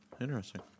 Interesting